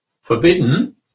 forbidden